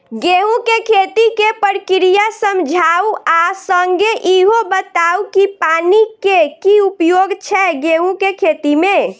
गेंहूँ केँ खेती केँ प्रक्रिया समझाउ आ संगे ईहो बताउ की पानि केँ की उपयोग छै गेंहूँ केँ खेती में?